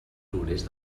progrés